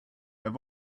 have